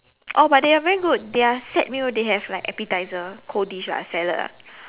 oh but they are very good their set meal they have like appetiser cold dish lah salad ah